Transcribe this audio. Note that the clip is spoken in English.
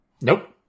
Nope